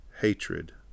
hatred